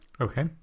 Okay